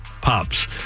pops